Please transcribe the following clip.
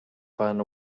find